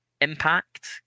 impact